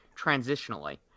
transitionally